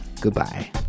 Goodbye